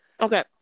Okay